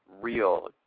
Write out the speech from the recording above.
real